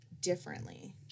differently